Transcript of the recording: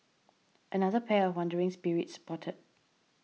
another pair of wandering spirits spotted